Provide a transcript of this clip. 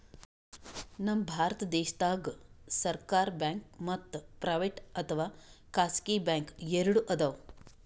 ನಮ್ ಭಾರತ ದೇಶದಾಗ್ ಸರ್ಕಾರ್ ಬ್ಯಾಂಕ್ ಮತ್ತ್ ಪ್ರೈವೇಟ್ ಅಥವಾ ಖಾಸಗಿ ಬ್ಯಾಂಕ್ ಎರಡು ಅದಾವ್